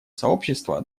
сообщество